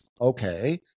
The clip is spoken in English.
okay